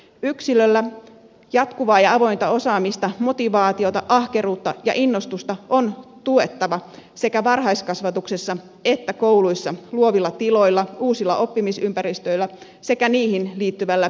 yksilön jatkuvaa ja avointa osaamista motivaatiota ahkeruutta ja innostusta on tuettava sekä varhaiskasvatuksessa että kouluissa luovilla tiloilla uusilla oppimisympäristöillä sekä niihin liittyvällä pedagogiikalla